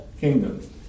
kingdom